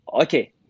Okay